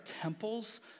temples